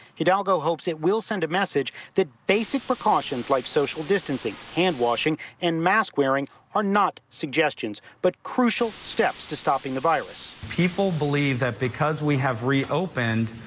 he'd although hopes it will send a message that basic precautions like social distancing hand washing and mask-wearing are not suggestions but crucial steps to stopping the virus people believe that because we have reopened.